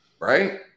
Right